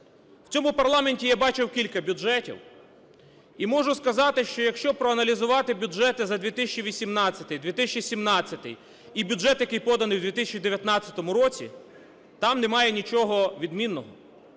В цьому парламенті я бачив кілька бюджетів і можу сказати, що якщо проаналізувати бюджети за 2018, 2017 і бюджет, який поданий в 2019 році, там немає нічого відмінного.